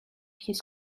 his